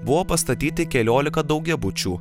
buvo pastatyti keliolika daugiabučių